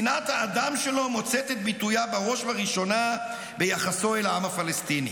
שנאת האדם שלו מוצאת את ביטויה בראש וראשונה ביחסו אל העם הפלסטיני.